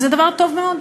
וזה דבר טוב מאוד.